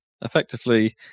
effectively